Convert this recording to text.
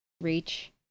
reach